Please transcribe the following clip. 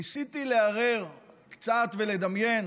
ניסיתי להרהר קצת ולדמיין